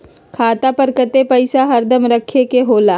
खाता पर कतेक पैसा हरदम रखखे के होला?